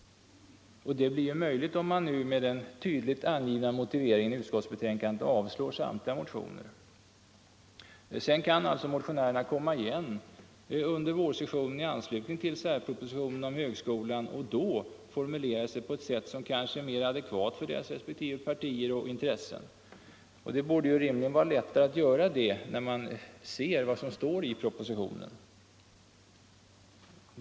Det är ju möjligt att riksdagen nu, med den tydligt angivna motiveringen i utskottsbetänkandet, avslår samtliga motioner. Sedan kan alltså motionärerna komma igen under vårsessionen i anslutning till särmotioner om högskolan och då formulera sig på ett sätt som kanske är mera adekvat i förhållande till deras respektive partier och intressen. Det måste rimligen vara lättare att göra det när man ser vad som står i propositionen.